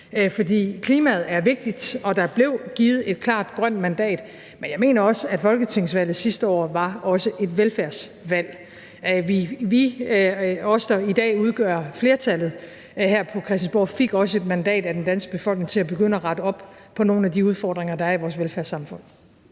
klimaet er vigtigt, og der blev givet et klart grønt mandat, men jeg mener også, at folketingsvalget sidste år også var et velfærdsvalg. Os, der i dag udgør flertallet her på Christiansborg, fik også et mandat af den danske befolkning til at begynde at rette op på nogle af de udfordringer, der er i vores velfærdssamfund.